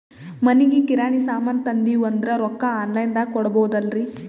ಮನಿಗಿ ಕಿರಾಣಿ ಸಾಮಾನ ತಂದಿವಂದ್ರ ರೊಕ್ಕ ಆನ್ ಲೈನ್ ದಾಗ ಕೊಡ್ಬೋದಲ್ರಿ?